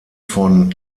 von